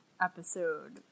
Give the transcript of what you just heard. episode